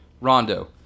Rondo